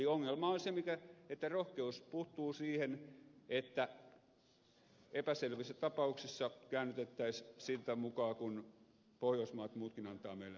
eli ongelma on se että rohkeus puuttuu siihen että epäselvissä tapauksissa käännytettäisiin sitä mukaa kuin muutkin pohjoismaat antavat meille mallia